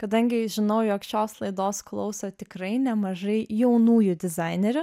kadangi žinau jog šios laidos klauso tikrai nemažai jaunųjų dizainerių